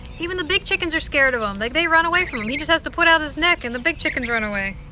even the big chickens are scared of him. like they run away from him he just has to put out his neck and the big chickens run away